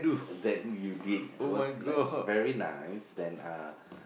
that you didn't it was like very nice then uh